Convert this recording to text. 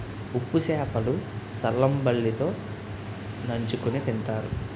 ఉప్పు సేప లు సల్లంబలి తో నంచుకుని తింతారు